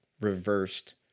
reversed